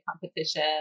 competition